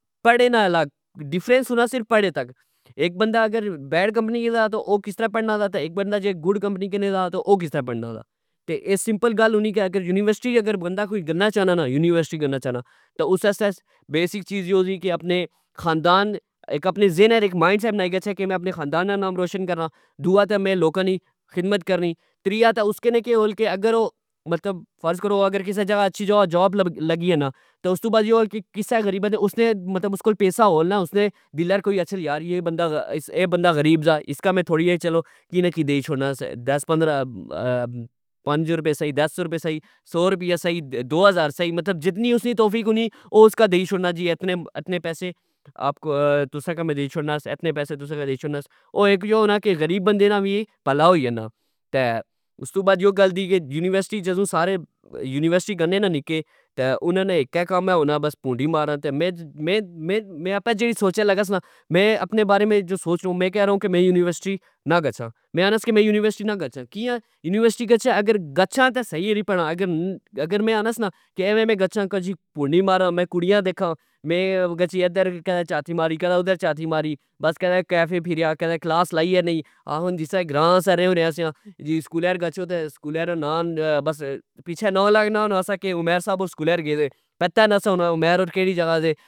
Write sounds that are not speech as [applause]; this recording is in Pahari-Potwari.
پڑے نا لگ ڈفرینس ہونا سرف پڑے تک اک بندا اگر بیڈ کمپنی کے ساتھ او کسطرع پڑنا سا اک بندا جے کمپنی کے ساتھ او کسطرع پڑنا سا تہ اے سمپل گل ہونی کہ یونیورسٹی اچ اگر کوئی بندا گنا چاہنا نا یونیورسٹی گنا چاہنا اس واستہ بیسک چیز یو ہوسی کہ اپنے خاندان اک اپنے ذہنہچ مائنڈ سیٹ بنائی گچھہ کہ میں اپنے خاندان نا نام روشن کرنا دؤا تہ میں لوکاں نی خدمت کرنی تریا اس نے کول ہول مطلب کہ اگر او فرض کرو کسہ اچھی جگہ جوب لگی جانا استو بعد یو آ کسہ غریبہ مطلب کہ اس کول پیسا ہو ل نا اسنہ دلہ اچھہ نا یار اے بندا غریب سا اسکی تھوڑا دئی چھوڑنا دس پندرا [hesitation] پنج روپے سسہی دس روپے سہی سو رپیا سہی دو ہزار سہی مطلب جتنی اسنی توفیق ہونی او اسکا دئی شوڑنا جئی اتنے پیسے تسا کی میں دئی چھوڑناآس اتنے تساں کی دئی شوڑناآس او اک یو ہونا کہ غریب بندے نا وی پلا ہوئی جلنا استو بعد یو گل دی کہ یونیورسٹی گنے نا سارے نکے انا نا اکہ کم ہونا بس پونڈی مارا میں آپہ جیڑی سوچہ لگیا سا نا میں اپنے بارے میں جو سوچ رہا ہوں میں کہ رہا ہوں میں کہ آکھنا کہ میں یونیورسٹی نا گچھا کیا یونیورسٹی گچھا تہ سہی کری پڑا اگر میں آناس نا ایویں میں گچھاں پونڈی مارا میں کڑیاں دیکھا میں ایدر چاتی ماری کدہ ادھر پھریا کدہ کلاس لائی یا نی آکھن جسرہ گراں ہونے سیاں سکولہ ار گچھو تہ سکولہ نا نا لگنا ہونا سا کہ عمیر صاب سکولہ گئے سے پتا نا سا ہونا عمیر ار کیڑی جگہ دے